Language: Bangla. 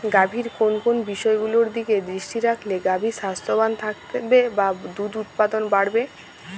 গাভীর কোন কোন বিষয়গুলোর দিকে দৃষ্টি রাখলে গাভী স্বাস্থ্যবান থাকবে বা দুধ উৎপাদন বাড়বে?